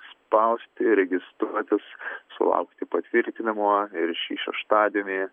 spausti registruotis sulaukti patvirtinimo ir šį šeštadienį